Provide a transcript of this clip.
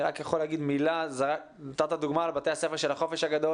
נתת כדוגמה את בתי הספר של החופש הגדול